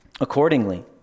Accordingly